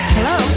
Hello